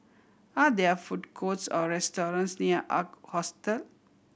are there food courts or restaurants near Ark Hostel